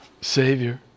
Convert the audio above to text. Savior